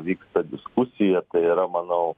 vyksta diskusija tai yra manau